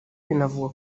binavugwa